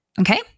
Okay